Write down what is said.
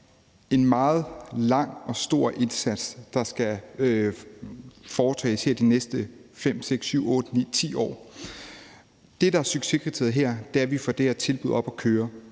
en meget lang og stor indsats, der skal foretages her de næste 5, 6, 7, 8, 9, 10 år. Det, der er succeskriteriet her, er, at vi får det her tilbud op at køre;